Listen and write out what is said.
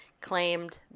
claimed